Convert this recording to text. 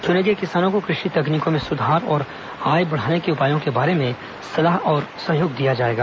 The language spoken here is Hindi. चुने गए किसानों को कृषि तकनीकों में सुधार और आय बढ़ाने के उपायों के बारे में सलाह और सहयोग दिया जाएगा